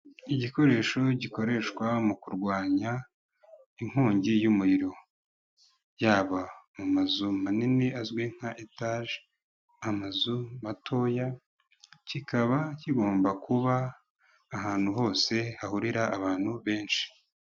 Igikoresho gikoreshwa mu kurwanya inkongi y'umuriro yaba mu mazu manini azwi nka etage amazu matoya kikaba kigomba kuba ahantu hose hahurira abantu benshi.